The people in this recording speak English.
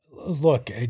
Look